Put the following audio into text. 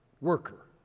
worker